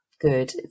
good